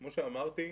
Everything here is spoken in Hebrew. כמו שאמרתי,